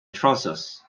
trousers